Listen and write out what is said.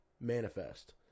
manifest